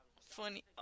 funny